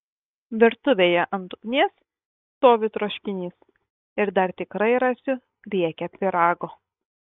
virtuvėje ant ugnies stovi troškinys ir dar tikrai rasiu riekę pyrago